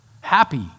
Happy